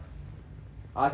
I think the size of your brain